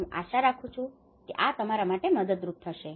હું આશા રાખું છું કે આ તમારા માટે મદદરૂપ થશે